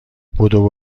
بدو